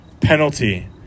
penalty